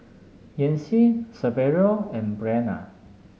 Yancy Saverio and Breana